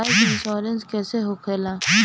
Bike insurance कैसे होखे ला?